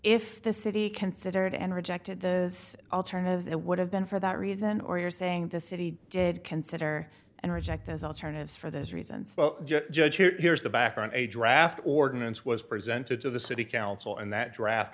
if the city considered and rejected this alternatives it would have been for that reason or you're saying the city did consider and reject as alternatives for those reasons judge here here's the background a draft ordinance was presented to the city council and that draft